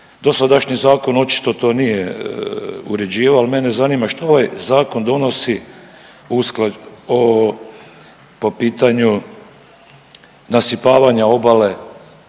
Dosadašnji zakon očito to nije uređivao, ali mene zanima šta ovaj zakon donosi po pitanju nasipavanja obale